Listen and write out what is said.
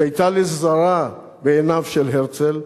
שהיתה לזרא בעיניו של הרצל,